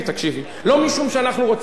אם זה היה תלוי בממשלה שלנו,